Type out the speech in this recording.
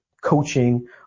coaching